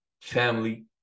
family